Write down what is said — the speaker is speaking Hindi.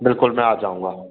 बिल्कुल मैं आ जाऊँगा